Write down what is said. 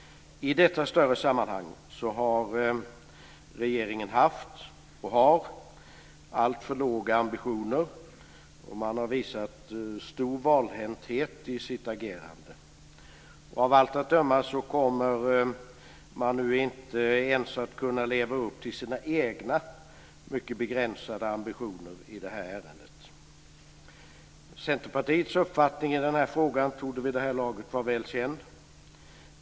I detta större sammanhang har regeringen haft och har alltför låga ambitioner, och man har visat stor valhänthet i sitt agerande. Av allt att döma kommer man nu inte ens att kunna leva upp till sina egna mycket begränsade ambitioner i ärendet. Centerpartiets uppfattning i frågan torde vid det här laget vara väl känd.